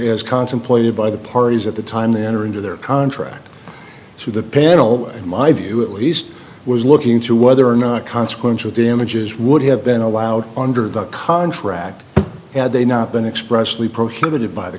is contemplated by the parties at the time they enter into their contract so the panel in my view at least was looking into whether or not consequential damages would have been allowed under the contract had they not been expressly prohibited by the